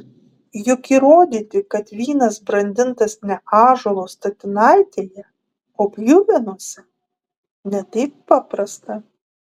juk įrodyti kad vynas brandintas ne ąžuolo statinaitėje o pjuvenose ne taip paprasta